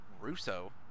Russo